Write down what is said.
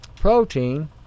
Protein